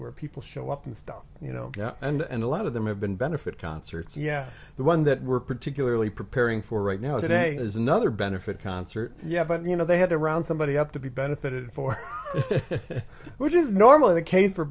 where people show up and stuff you know and a lot of them have been benefit concerts yeah the one that we're particularly preparing for right now is the day is another benefit concert yeah but you know they had around somebody up to be benefit for which is normally the case for